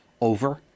Over